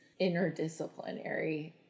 interdisciplinary